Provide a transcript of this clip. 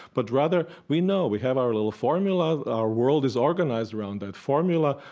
but rather, we know, we have our little formula. our world is organized around that formula.